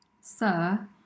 Sir